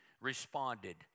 responded